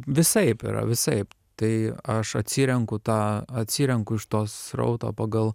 visaip yra visaip tai aš atsirenku tą atsirenku iš to srauto pagal